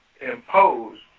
imposed